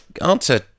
answer